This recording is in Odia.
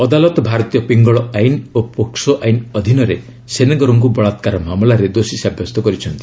ଅଦାଲତ ଭାରତୀୟ ପିଙ୍ଗଳ ଆଇନ୍ ଓ ପୋକ୍ସୋ ଆଇନ୍ ଅଧୀନରେ ସେନେଗରଙ୍କ ବଳାକାର ମାମଲାରେ ଦୋଷୀ ସାବ୍ୟସ୍ତ କରିଛନ୍ତି